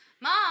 Mom